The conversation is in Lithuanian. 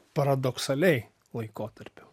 paradoksaliai laikotarpiu